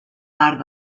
part